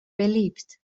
beliebt